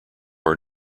are